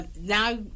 now